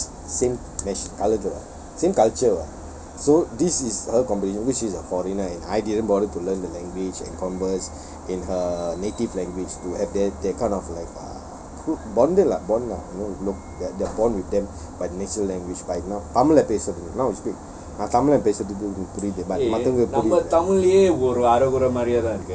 because it's this same natio~ colour same culture ah so this is her competition which is a foreigner and I didn't bother to learn the language and converse in her native language to have that that kind of like uh bonded lah bond lah you know that bond with them by natural language but tamil ல பேசு:la paesu